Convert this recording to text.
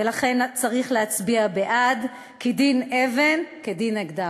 ולכן, צריך להצביע בעד, כי דין אבן כדין אקדח.